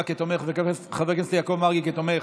כתומך ואת חבר הכנסת יעקב מרגי כתומך,